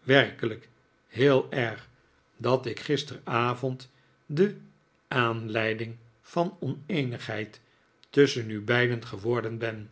werkelijk heel erg dat ik gisterenavond de aanleiding van oneenigheid tusschen u beiden geworden ben